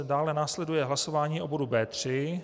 Dále následuje hlasování o bodu B3.